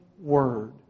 word